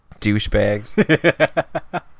douchebags